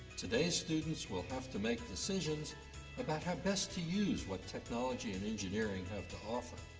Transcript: today's students will have to make decisions about how best to use what technology and engineering have to offer.